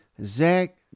Zach